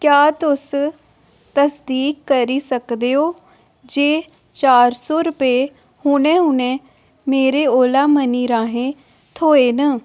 क्या तुस तसदीक करी सकदे ओ जे चार सौ रपेऽ हूनै हूनै मेरे ओला मनी राहें थ्होेऐ न